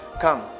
come